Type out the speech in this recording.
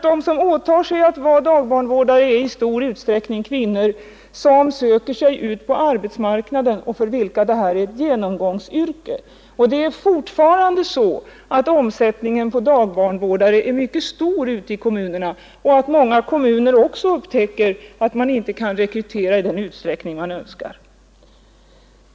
Ty de som åtar sig att bli barndagvårdare är i stor utsträckning kvinnor som söker sig ut på arbetsmarknaden och för vilka detta är ett genomgångsyrke. Omsättningen på barndagvårdare är alltjämt mycket stor ute i kommunerna, och många kommuner upptäcker också att man inte kan rekrytera barndagvårdare i den utsträckning man önskar.